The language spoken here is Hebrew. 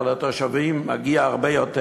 אבל לתושבים מגיע הרבה יותר,